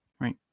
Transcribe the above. right